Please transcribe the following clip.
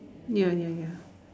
ya ya ya